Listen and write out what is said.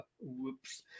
Whoops